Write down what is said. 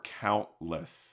countless